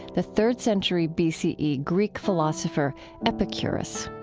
the third-century b c e. greek philosopher epicurus